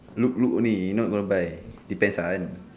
look look only not gonna buy depends